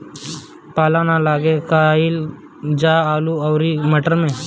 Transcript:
पाला न लागे का कयिल जा आलू औरी मटर मैं?